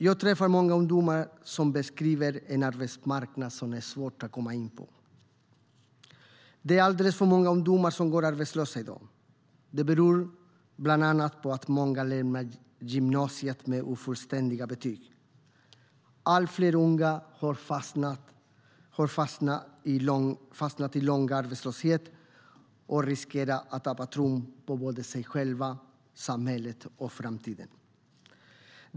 Jag träffar många ungdomar som beskriver en arbetsmarknad som är svår att komma in på. Det är alldeles för många ungdomar som går arbetslösa i dag. Det beror bland annat på att många lämnar gymnasiet med ofullständiga betyg. Allt fler unga har fastnat i långvarig arbetslöshet och riskerar att tappa tron på sig själva, samhället och framtiden.